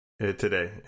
today